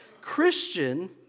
Christian